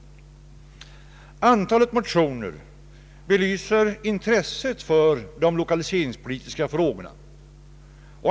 Antalet motioner belyser intresset för de lokaliseringspolitiska frågorna.